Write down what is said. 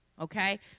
Okay